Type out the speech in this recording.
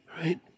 right